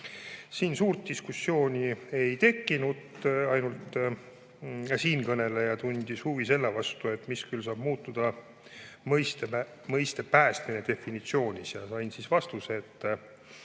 Suurt diskussiooni ei tekkinud, ainult siinkõneleja tundis huvi selle vastu, mis küll saab muutuda mõiste "päästmine" definitsioonis. Ja sain vastuse, et